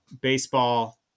baseball